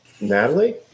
Natalie